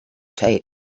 tape